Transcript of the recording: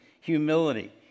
humility